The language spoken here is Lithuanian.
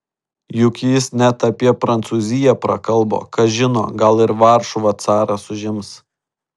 juk jis net apie prancūziją prakalbo kas žino gal ir varšuvą caras užims